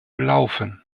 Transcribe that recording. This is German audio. laufen